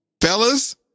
fellas